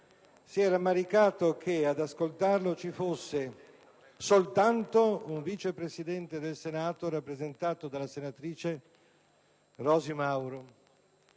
si è rammaricato che ad ascoltarlo ci fosse soltanto un Vice Presidente del Senato, rappresentato dalla senatrice Rosy Mauro,